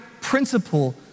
principle